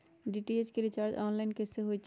DTH के recharge online कैसे होईछई?